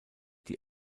die